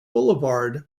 boulevard